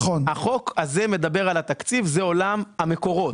החוק הזה מדבר על התקציב זה עולם המקורות.